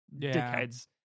dickheads